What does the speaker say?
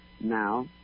now